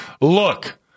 look